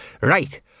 Right